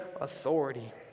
authority